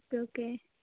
okay okay